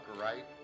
right